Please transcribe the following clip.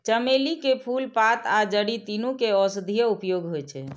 चमेली के फूल, पात आ जड़ि, तीनू के औषधीय उपयोग होइ छै